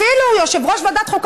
אפילו יושב-ראש ועדת חוקה,